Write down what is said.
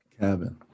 Cabin